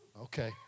Okay